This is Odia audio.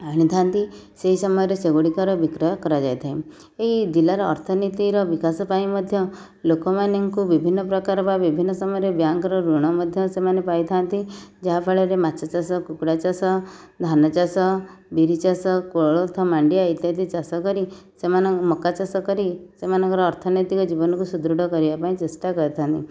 ଆଣିଥାଆନ୍ତି ସେହି ସମୟରେ ସେଗୁଡ଼ିକର ବିକ୍ରୟ କରାଯାଇଥାଏ ଏଇ ଜିଲ୍ଲାର ଅର୍ଥନିତିର ବିକାଶ ପାଇଁ ମଧ୍ୟ ଲୋକମାନଙ୍କୁ ବିଭିନ୍ନ ପ୍ରକାର ବା ବିଭିନ୍ନ ସମୟରେ ବ୍ୟାଙ୍କର ଋଣ ମଧ୍ୟ ସେମାନେ ପାଇଥାନ୍ତି ଯାହା ଫଳରେ ମାଛ ଚାଷ କୁକୁଡ଼ା ଚାଷ ଧାନ ଚାଷ ବିରି ଚାଷ କୋଳଥ ମାଣ୍ଡିଆ ଇତ୍ୟାଦି ଚାଷ କରି ସେମାନ ମକା ଚାଷ କରି ସେମାନଙ୍କର ଅର୍ଥନୈତିକ ଜୀବନକୁ ସୁଦୃଢ଼ କରିବା ପାଇଁ ଚେଷ୍ଟା କରିଥାନ୍ତି